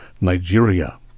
*Nigeria*